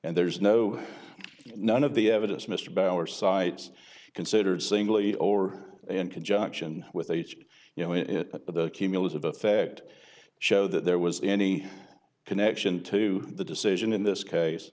and there's no none of the evidence mr bauer cites considered singly or in conjunction with each you know it but the cumulative effect show that there was any connection to the decision in this case